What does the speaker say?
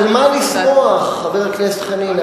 אבל על מה לשמוח, חבר הכנסת חנין?